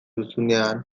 duzunean